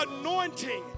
anointing